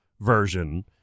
version